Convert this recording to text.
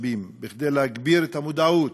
ובמאמצים כדי להגביר את המודעות,